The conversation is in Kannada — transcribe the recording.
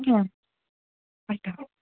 ಹಾಂ ಆಯಿತಾ